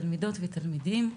תלמידות ותלמידים.